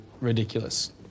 ridiculous